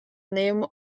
name